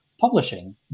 publishing